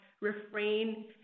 refrain